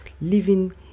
Living